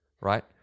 right